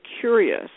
curious